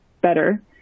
better